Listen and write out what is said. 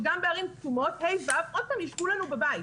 שגם בערים כתומות ה'-ו' עוד פעם יישבו לנו בבית.